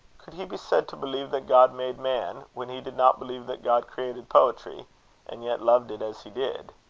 could he be said to believe that god made man, when he did not believe that god created poetry and yet loved it as he did?